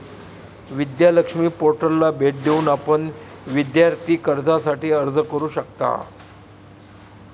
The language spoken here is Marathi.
विद्या लक्ष्मी पोर्टलला भेट देऊन आपण विद्यार्थी कर्जासाठी अर्ज करू शकता